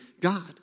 God